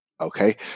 okay